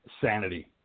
sanity